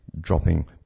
dropping